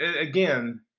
again